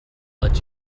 let